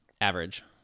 Average